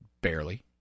barely